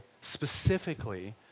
specifically